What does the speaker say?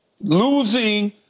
losing